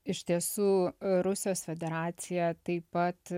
iš tiesų rusijos federacija taip pat